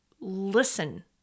listen